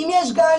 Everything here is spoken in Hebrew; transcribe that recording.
אם יש גן